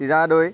চিৰা দৈ